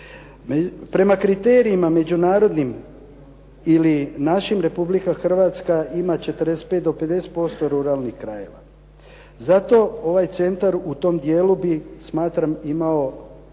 Prema kriterijima međunarodnim ili našim Republika Hrvatska ima 45 do 50% ruralnih krajeva. Zato ovaj centar u tom dijelu bi smatram imao